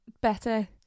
better